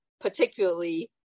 particularly